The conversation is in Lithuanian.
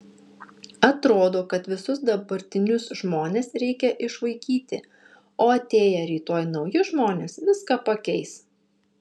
atrodo kad visus dabartinius žmones reikia išvaikyti o atėję rytoj nauji žmonės viską pakeis